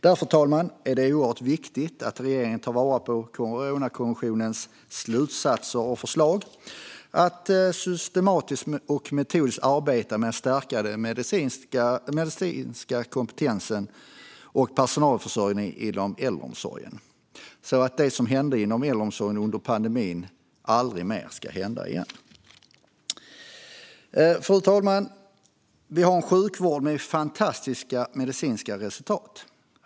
Därför talman är det oerhört viktigt att regeringen ta vara på Coronakommissionens slutsatser och förslag om att systematiskt och metodiskt arbeta med att stärka den medicinska kompetensen och personalförsörjningen inom äldreomsorgen, så att det som hände inom äldreomsorgen under pandemin aldrig ska hända igen. Fru talman! Vi har en sjukvård med fantastiska medicinska resultat.